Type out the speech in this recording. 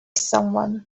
someone